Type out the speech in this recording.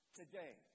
today